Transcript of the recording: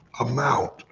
amount